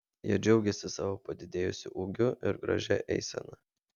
jie džiaugėsi savo padidėjusiu ūgiu ir gražia eisena